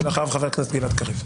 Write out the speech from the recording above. אחריו חבר הכנסת גלעד קרוב,